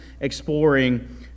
exploring